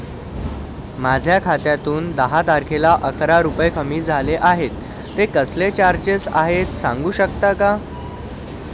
माझ्या खात्यातून दहा तारखेला अकरा रुपये कमी झाले आहेत ते कसले चार्जेस आहेत सांगू शकता का?